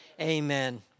Amen